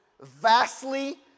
vastly